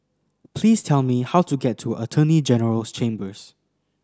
please tell me how to get to Attorney General's Chambers